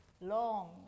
long